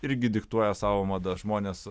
irgi diktuoja savo madas žmonės